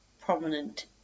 prominent